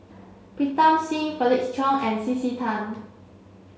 Pritam Singh Felix Cheong and C C Tan